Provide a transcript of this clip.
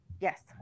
Yes